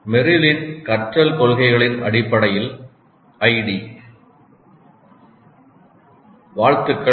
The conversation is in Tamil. மெர்லின் கற்றல் கொள்கைகளின் அடிப்படையில் ஐடி வாழ்த்துக்கள்